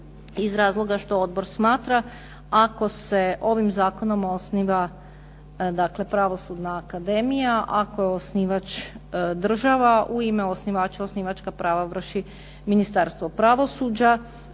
iz razloga što odbor smatra ako se ovim zakonom osniva Pravosudna akademija, ako je osnivač država u ime osnivača osnivačka prava vrši Ministarstvo pravosuđa,